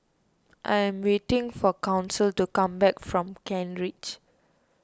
I am waiting for Council to come back from Kent Ridge